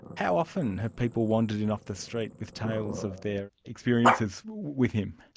how often have people wandered in off the street with tales of their experiences with him?